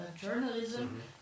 journalism